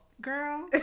girl